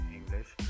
English